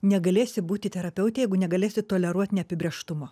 negalėsi būti terapeutė jeigu negalėsi toleruot neapibrėžtumo